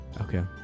Okay